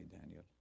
Daniel